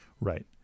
right